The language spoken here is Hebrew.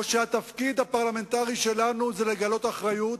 או שהתפקיד הפרלמנטרי שלנו זה לגלות אחריות,